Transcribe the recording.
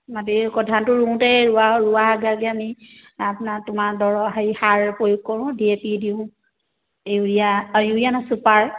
মাটি ক ধানটো ৰুওঁতে ৰোৱা ৰোৱা আগে আগে আমি আপোনাৰ তোমাৰ দৰ হেৰি সাৰ প্ৰয়োগ কৰোঁ ডি এ পি দিওঁ ইউৰিয়া অ ইউৰিয়া নহয় চুপাৰ